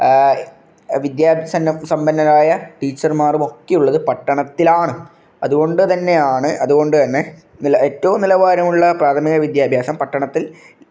വിദ്യ സന്നം സമ്പന്നരായ ടീച്ചർമാരും ഒക്കെ ഉള്ളത് പട്ടണത്തിലാണ് അതുകൊണ്ടുതന്നെ ആണ് അതുകൊണ്ടുതന്നെ ഏറ്റവും നിലവാരമുള്ള പ്രാഥമിക വിദ്യാഭ്യാസം പട്ടണത്തിൽ